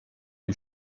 you